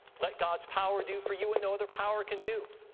let god's power do for you what no other power can do,